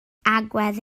agwedd